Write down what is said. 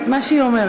אנחנו,